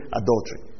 adultery